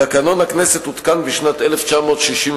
תקנון הכנסת הותקן בשנת 1967,